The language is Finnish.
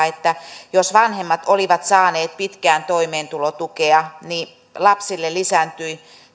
että jos vanhemmat olivat saaneet pitkään toimeentulotukea niin lapsilla lisääntyivät